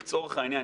לצורך העניין,